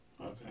Okay